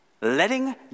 letting